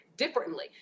differently